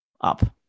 up